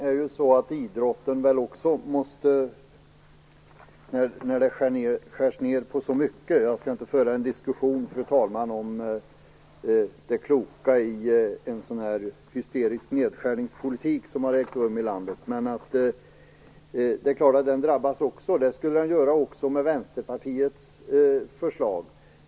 Fru talman! Jag skall inte föra en diskussion om det kloka i en sådan hysterisk nedskärningspolitik som har bedrivits i landet. När det skärs ned på så mycket är det klart att det måste drabba idrotten också. Det skulle drabba den även med Vänsterpartiets förslag.